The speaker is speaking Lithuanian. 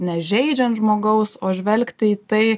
nežeidžiant žmogaus o žvelgti į tai